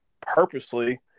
purposely